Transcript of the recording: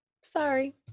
sorry